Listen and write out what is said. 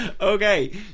Okay